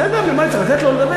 בסדר, נו, מה, אני צריך לתת לו לדבר?